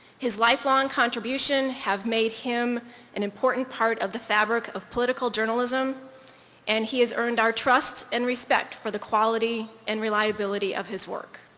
his lifelong contributions have made him an important part of the fabric of political journalism and he has earned our trust and respect for the quality and reliability of his work.